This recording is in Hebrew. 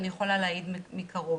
אני יכולה להעיד מקרוב.